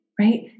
right